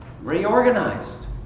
reorganized